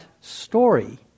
story